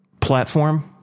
platform